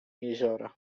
jeziora